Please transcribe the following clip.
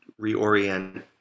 reorient